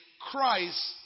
Christ